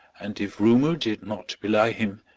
and if rumour did not belie him,